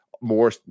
more